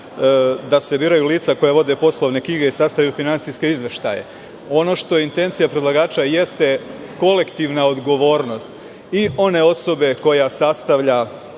da se biraju lica koja vode poslovne knjige i sastavljaju finansijske izveštaje. Ono što je intencija predlagača jeste kolektivna odgovornost i one osobe koja sastavlja